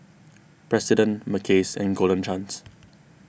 President Mackays and Golden Chance